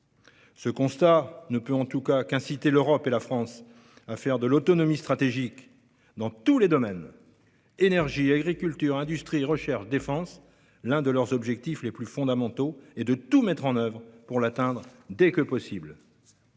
Ce constat ne peut en tout cas qu'inciter l'Europe et la France à faire de l'autonomie stratégique dans tous les domaines- énergie, agriculture, industrie, recherche, défense -l'un de leurs objectifs les plus fondamentaux et à tout mettre en oeuvre pour l'atteindre dès que possible.